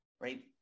Right